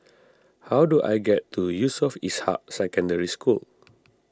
how do I get to Yusof Ishak Secondary School